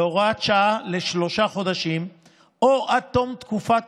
בהוראת שעה לשלושה חודשים או עד תום תקופת